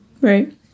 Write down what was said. Right